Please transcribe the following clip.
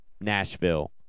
Nashville